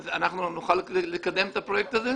האם נוכל לקדם את הפרויקט הזה?